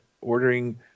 ordering